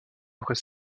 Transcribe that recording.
après